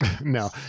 No